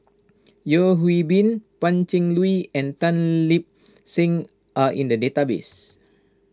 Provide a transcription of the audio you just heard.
Yeo Hwee Bin Pan Cheng Lui and Tan Lip Seng are in the database